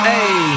Hey